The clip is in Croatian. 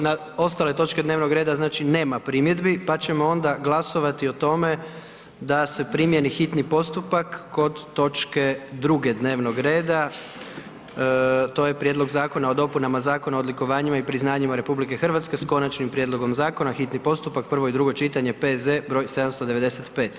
Na ostale točke dnevnog reda znači nema primjedbi, pa ćemo onda glasovati o tome da se primjeni hitni postupak kod točke druge dnevnog reda, to je: -Prijedlog zakona o dopunama Zakona o odlikovanjima i priznanjima RH s Konačnim prijedlogom zakona, hitni postupak, prvo i drugo čitanje, P.Z. br. 795.